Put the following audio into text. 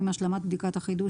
עם השלמת בדיקת החידוש,